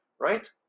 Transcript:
right